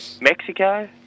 Mexico